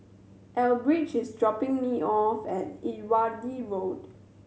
Elbridge is dropping me off at Irrawaddy Road